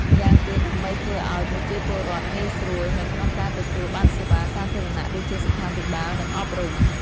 ម្យ៉ាងទៀត ដើម្បីធ្វើឪ្យប្រជាពលរដ្ឋងាយស្រួលនៅក្នុងការទទួលបានសេវាសាធារណៈដូចជាសុខាភិបាល និងអប់រំ។